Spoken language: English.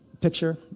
picture